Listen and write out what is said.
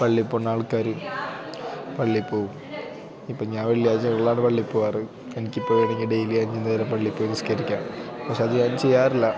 പള്ളിയിൽ പോകുന്നാൾക്കാർ പള്ളിയിൽപ്പോകും ഇപ്പം ഞാൻ വെള്ളിയാഴ്ച്ചകളാണ് പള്ളിയിൽ പോകാറ് എനിക്ക് വേണമെങ്കിൽ ഡേയ്ലി അഞ്ച് നേരം പള്ളിയിൽപ്പോയി നിസ്കരിക്കാം പക്ഷേ അത് ഞാൻ ചെയ്യാറില്ല